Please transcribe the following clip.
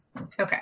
Okay